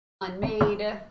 unmade